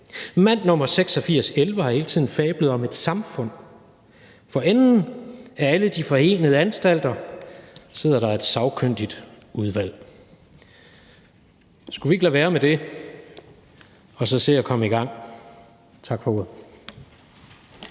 Mand nr. 8611 har hele tiden fablet om et samfund / For enden af alle de forenede anstalter sidder der et sagkyndigt udvalg«. Skulle vi ikke lade være med det og så se at komme i gang? Tak for ordet.